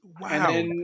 Wow